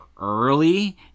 early